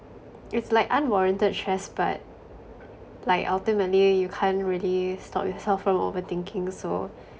it's like unwarranted stress but like ultimately you can't really stop yourself from overthinking so